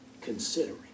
considering